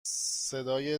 صدای